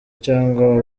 cyangwa